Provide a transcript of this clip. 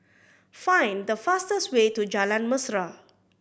find the fastest way to Jalan Mesra